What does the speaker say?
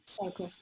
Okay